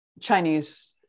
chinese